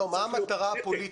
לא, מה המטרה הפוליטית?